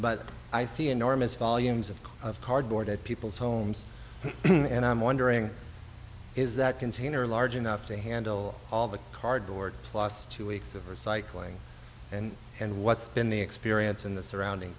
but i see enormous volumes of cardboard at people's homes and i'm wondering is that container large enough to handle all the cardboard last two weeks of recycling and and what's been the experience in the surrounding